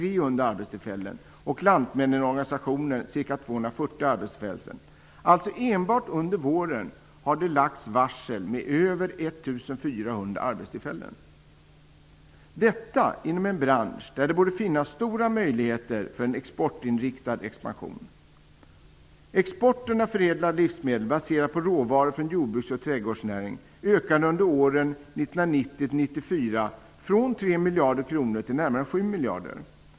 Enbart under våren har varslen alltså omfattat över 1 400 arbetstillfällen - detta inom en bransch där det borde finnas stora möjligheter för en exportinriktad expansion. Exporten av förädlade livsmedel baserade på råvaror från jordbruks och trädgårdsnäringarna ökade under åren 1990-1994 från 3 miljarder kronor till närmare 7 miljarder kronor.